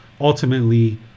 ultimately